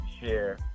share